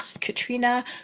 Katrina